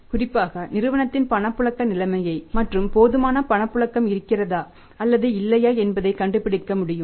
குறிப்பாக நிறுவனத்தின் பணப்புழக்க நிலைமை மற்றும் போதுமான பணப்புழக்கம் இருக்கிறதா அல்லது இல்லையா என்பதைக் கண்டுபிடிக்க முடியும்